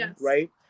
right